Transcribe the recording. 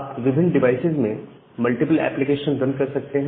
आप विभिन्न डिवाइसेज में मल्टीपल एप्लीकेशन रन कर सकते हैं